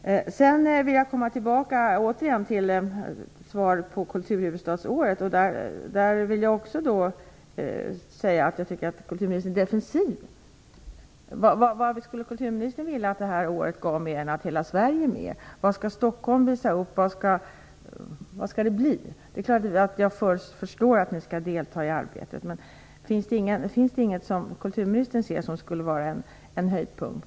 Jag vill återigen komma tillbaka till svaret på frågan om kulturhuvudstadsåret. Jag tycker att kulturministern är defensiv. Vad skulle kulturministern vilja att året gav, mer än att hela Sverige är med? Vad skall Stockholm visa upp? Vad skall det bli? Jag förstår att ni skall delta i arbetet. Finns det ingenting som kulturministern anser skulle vara en höjdpunkt?